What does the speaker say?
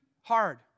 hard